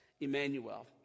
Emmanuel